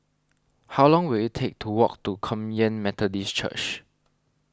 how long will it take to walk to Kum Yan Methodist Church